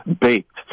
baked